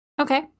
Okay